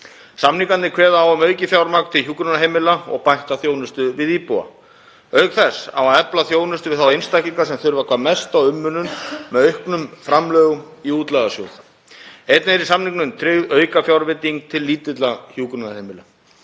Samningarnir kveða á um aukið fjármagn til hjúkrunarheimila og bætta þjónustu við íbúa. Auk þess á að efla þjónustu við þá einstaklinga sem þurfa hvað mest á umönnun að halda með auknum framlögum í útlagasjóð. Einnig er í samningnum tryggð aukafjárveiting til